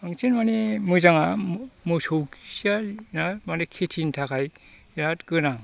मोनसे मानि मोजाङा मोसौ खिया मानि खेथिनि थाखाय बेराद गोनां